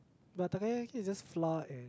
but Takoyaki is just flour and